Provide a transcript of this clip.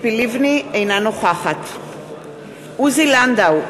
אינה נוכחת עוזי לנדאו,